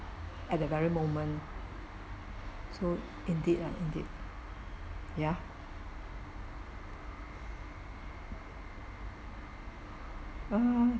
at that very moment so indeed lah indeed ya uh